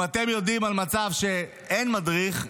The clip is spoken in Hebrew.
אם אתם יודעים על מצב שבו אין מדריך,